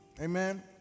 Amen